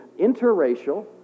interracial